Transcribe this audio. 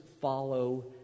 follow